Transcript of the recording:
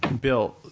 Bill